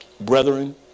brethren